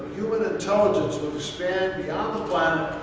human intelligence will expand beyond the planet,